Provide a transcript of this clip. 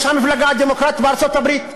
יש המפלגה הדמוקרטית בארצות-הברית,